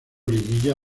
liguilla